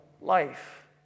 life